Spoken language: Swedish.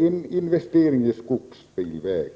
En investering i skogsbilväg